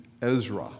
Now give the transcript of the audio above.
Ezra